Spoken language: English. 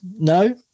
No